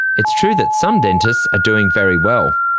it's true that some dentists are doing very well.